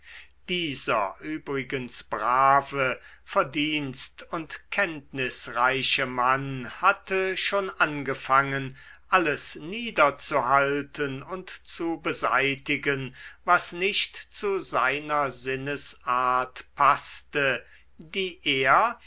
dieser übrigens brave verdienst und kenntnisreiche mann hatte schon angefangen alles niederzuhalten und zu beseitigen was nicht zu seiner sinnesart paßte die er